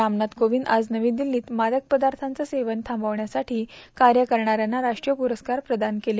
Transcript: रामनाथ कोविंद आज नवी दिल्लीत मादक पदार्यांचं सेवन थांबवण्यासाठी कार्य करणाऱ्यांना राष्ट्रीय पुरस्कार प्रदान केले